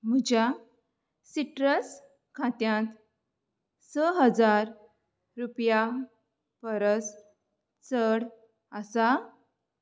म्हज्या सिट्रस खात्यांत स हजार रुपया परस चड आसा